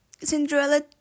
Cinderella